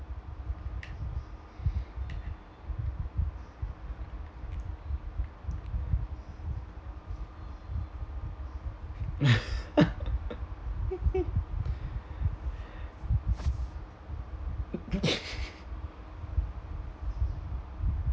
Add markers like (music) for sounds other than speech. (laughs)